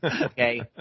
okay